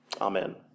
Amen